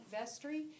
Vestry